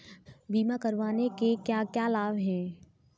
बीमा करवाने के क्या क्या लाभ हैं?